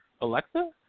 Alexa